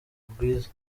rwiza